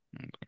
Okay